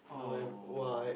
oh